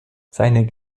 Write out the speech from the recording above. seine